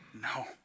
No